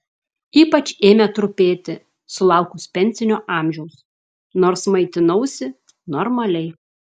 ypač ėmė trupėti sulaukus pensinio amžiaus nors maitinausi normaliai